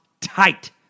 tight